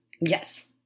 Yes